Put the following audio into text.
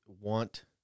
want